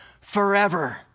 forever